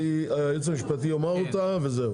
היועץ המשפטי יאמר את ההצעה שלנו, וזהו.